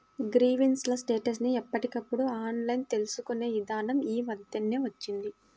grievance ల status ని ఎప్పటికప్పుడు ఆన్లైన్ తెలుసుకునే ఇదానం యీ మద్దెనే వచ్చింది